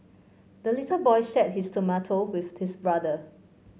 the little boy shared his tomato with his brother